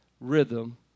rhythm